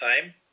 time